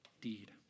deed